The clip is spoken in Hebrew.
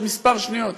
עוד מספר שניות.